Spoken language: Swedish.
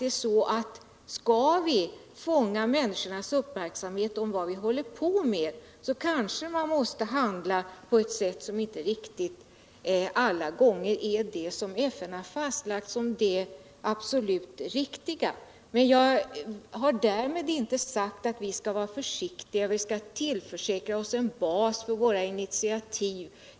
Skall vi kunna rikta människornas uppmärksamhet på vad vi håller på med, kanske vi måste handla på eu sätt, som inte är riktigt vad FN fastslagit som det absolut rätta. Men därmed har jag inte sagt annat än att vi skull vara försiktiga och tillförsäkra oss en bus för våra initiativ.